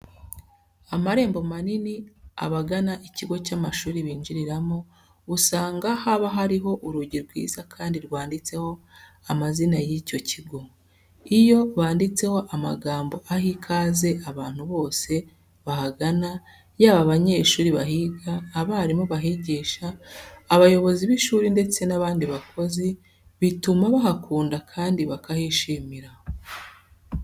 Amarembo manini abagana ikigo cy'amashuri binjiriramo, usanga haba hariho urugi rwiza kandi rwanditseho amazina y'icyo kigo. Iyo banditseho amagambo aha ikaze abantu bose bahagana yaba abanyeshuri bahiga, abarimu bahigisha, abayobozi b'ishuri ndetse n'abandi bakozi, bituma bahakunda kandi bakahishimira.